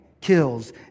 kills